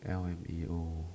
L_M_A_O